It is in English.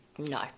No